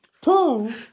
two